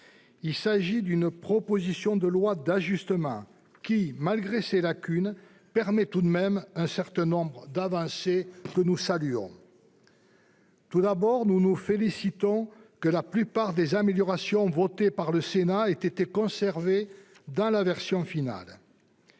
Il s'agit d'une proposition de loi d'ajustement, qui, malgré ses lacunes, permet tout de même un certain nombre d'avancées que nous saluons. Tout d'abord, nous nous félicitons que la plupart des améliorations votées par le Sénat aient été conservées dans la version finale.